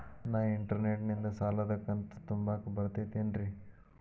ನಾ ಇಂಟರ್ನೆಟ್ ನಿಂದ ಸಾಲದ ಕಂತು ತುಂಬಾಕ್ ಬರತೈತೇನ್ರೇ?